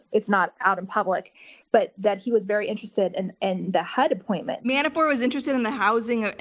it's not out in public but that he was very interested and in the hud appointment. manafort was interested in the housing ah